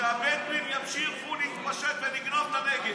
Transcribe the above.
כדי שהבדואים ימשיכו להתפשט ולגנוב את הנגב.